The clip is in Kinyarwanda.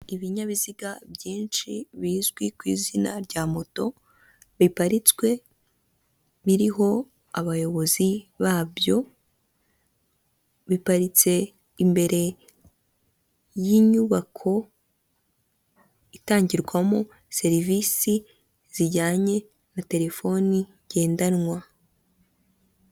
Ibinyabiziga byinshi bizwi ku izina rya moto biparitswe, biriho abayobozi babyo, biparitse imbere y'inyubako itangirwamo serivisi zijyanye na telefoni ngendanwa.